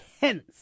Hence